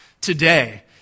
today